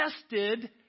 tested